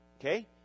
Okay